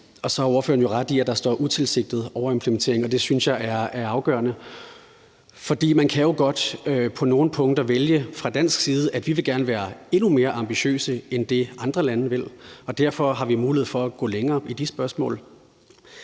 Så har ordføreren jo ret i, at der står utilsigtet overimplementering, og det synes jeg er afgørende. For man kan jo godt på nogle punkter vælge fra dansk side, at vi gerne vil være endnu mere ambitiøse end det, andre lande vil, og derfor har vi mulighed for at gå længere i de spørgsmål.